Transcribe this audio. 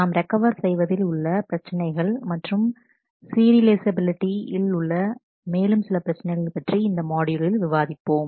நாம் ரெக்கவர் செய்வதில் உள்ள பிரச்சினைகள் மற்றும் சீரியலைஃசபிலிட்டியில் உள்ள மேலும் சில பிரச்சினைகளைப் பற்றி இந்த மாட்யூலில் விவாதிப்போம்